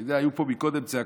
אתה יודע, היו פה קודם צעקות.